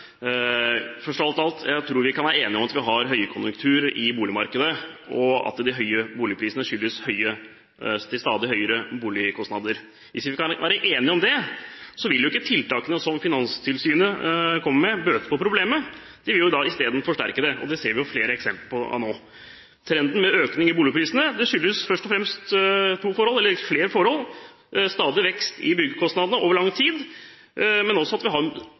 alt: Jeg tror vi kan være enige om at vi har høykonjunktur i boligmarkedet, og at de høye boligprisene skyldes stadig høyere boligkostnader. Hvis vi kan være enige om det, vil jo ikke tiltakene som Finanstilsynet kommer med, bøte på problemet – de vil jo isteden forsterke det, og det ser vi flere eksempler på nå. Trenden med økning i boligprisene skyldes først og fremst to – eller flere – forhold: stadig vekst i byggekostnadene over lang tid, men også at vi har en